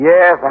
Yes